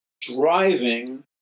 driving